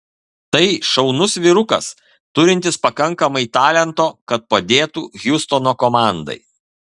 tai šaunus vyrukas turintis pakankamai talento kad padėtų hjustono komandai